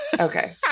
Okay